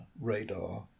radar